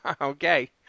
Okay